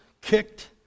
kicked